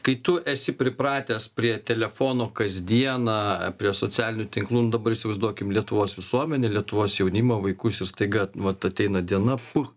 kai tu esi pripratęs prie telefono kasdieną prie socialinių tinklų nu dabar įsivaizduokim lietuvos visuomenę lietuvos jaunimą vaikus ir staiga vat ateina diena puch